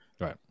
Right